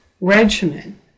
regimen